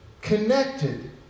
connected